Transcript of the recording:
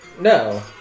No